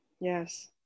yes